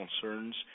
concerns